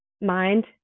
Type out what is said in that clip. mind